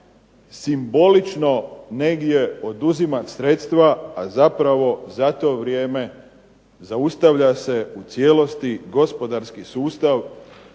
simbolično negdje oduzimati sredstva, a zapravo za to vrijeme zaustavlja se u cijelosti gospodarski sustav,